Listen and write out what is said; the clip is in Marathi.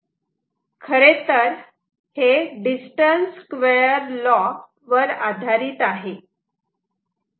खरेतर हे डिस्टन्स स्क्वेअर लो वर आधारित आहे